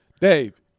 Dave